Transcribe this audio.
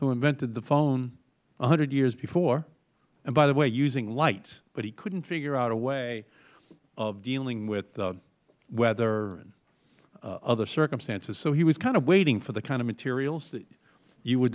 who invented the phone one hundred years before by the way using lights but he couldn't figure out a way of dealing with weather and other circumstances so he was kind of waiting for the kind of materials that you w